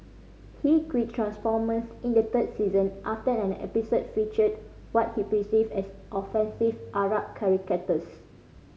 he quit Transformers in the third season after an episode featured what he perceived as offensive Arab caricatures